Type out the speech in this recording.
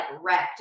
wrecked